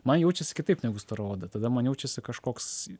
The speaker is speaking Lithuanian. man jaučiasi kitaip negu stora oda tada man jaučiasi kažkoks